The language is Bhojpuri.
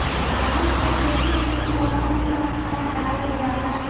आलू के खेती में कवन सा खाद डालल जाला?